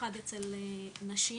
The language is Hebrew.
במיוחד אצל נשים,